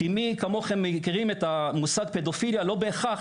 כי מי כמוכם מכירים את המושג פדופיליה לא בהכרח